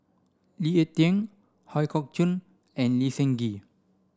Lee Ek Tieng Ooi Kok Chuen and Lee Seng Gee